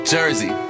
Jersey